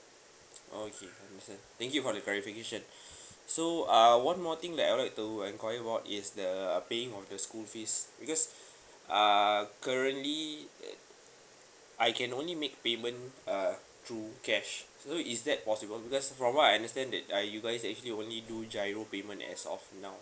okay I understand thank you for the clarification so uh one more thing that I'd like to enquiry about is the paying of the school fees because uh currently I can only make payment uh through cash so is that possible because from what I understand that uh you guys are actually only do G_I_R_O payment as of now